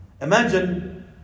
Imagine